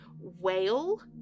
whale